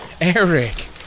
Eric